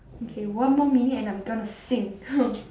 okay one more minute and I'm going to sing